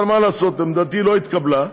אבל מה לעשות, עמדתי לא התקבלה,